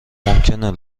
ممکنه